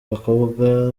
bakobwa